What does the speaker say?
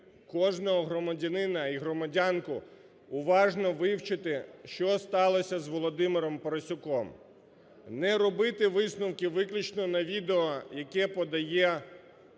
кожного громадянина і громадянку уважно вивчити, що сталося з Володимиром Парасюком, не робити висновків виключно на відео, яке подає...